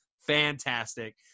Fantastic